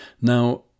Now